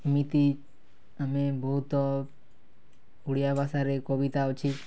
ଏମିତି ଆମେ ବହୁତ ଓଡ଼ିଆ ଭାଷରେ କବିତା ଅଛି